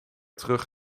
terug